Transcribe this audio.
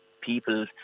people